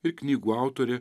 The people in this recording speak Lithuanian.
ir knygų autorė